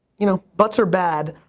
you know, buts are bad,